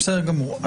בסדר גמור.